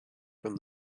from